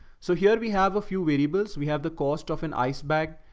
so here we have a few variables. we have the cost of an ice bag,